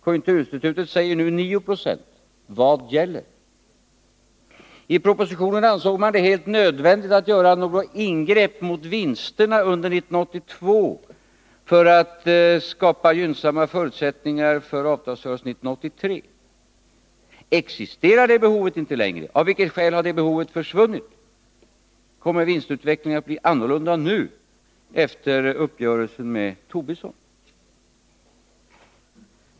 Konjunkturinstitutet säger nu 9 90. Vad gäller? I propositionen ansåg man det helt nödvändigt att göra något ingrepp mot vinsterna under 1982 för att skapa gynnsamma förutsättningar för avtalsrörelsen 1983. Existerar det behovet inte längre? Av vilka skäl har det behovet försvunnit? Kommer vinstutvecklingen att bli annorlunda nu, efter uppgörelsen med Lars Tobisson?